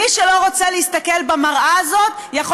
מי שלא רוצה להסתכל במראה הזאת, תודה.